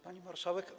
Pani Marszałek!